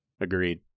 agreed